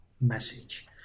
message